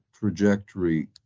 trajectory